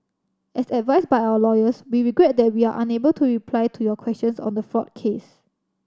as advised by our lawyers we regret that we are unable to reply to your questions on the fraud case